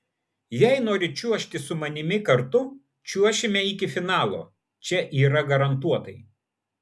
jei nori čiuožti su manimi kartu čiuošime iki finalo čia yra garantuotai